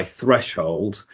threshold